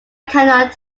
cannot